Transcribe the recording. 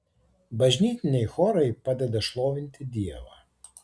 bažnytiniai chorai padeda šlovinti dievą